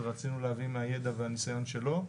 ורצינו להביא מהידע והניסיון שלו.